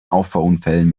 auffahrunfällen